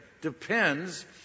depends